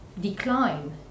decline